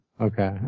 Okay